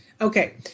Okay